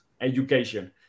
education